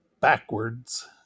backwards